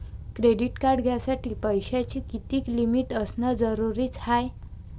Credit card घ्यासाठी पैशाची कितीक लिमिट असनं जरुरीच हाय?